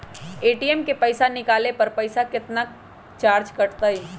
ATM से पईसा निकाले पर पईसा केतना चार्ज कटतई?